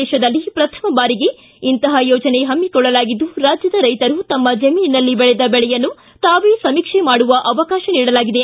ದೇಶದಲ್ಲಿ ಪ್ರಥಮ ಬಾರಿಗೆ ಇಂತಪ ಯೋಜನೆ ಹಮ್ಮಿಕೊಳ್ಳಲಾಗಿದ್ದು ರಾಜ್ಯದ ರೈತರು ತಮ್ಮ ಜಮೀನಿನಲ್ಲಿ ಬೆಳೆದ ಬೆಳೆಯನ್ನು ತಾವೇ ಸಮೀಕ್ಷೆ ಮಾಡುವ ಅವಕಾಶ ನೀಡಲಾಗಿದೆ